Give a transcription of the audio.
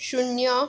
शून्य